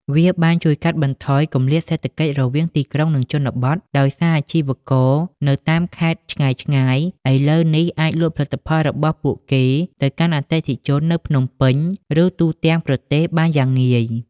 វាបានជួយកាត់បន្ថយ គម្លាតសេដ្ឋកិច្ច រវាងទីក្រុង និងជនបទ ដោយសារអាជីវករនៅតាមខេត្តឆ្ងាយៗឥឡូវនេះអាចលក់ផលិតផលរបស់ពួកគេទៅកាន់អតិថិជននៅភ្នំពេញ ឬទូទាំងប្រទេសបានយ៉ាងងាយ។